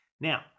Now